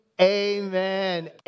amen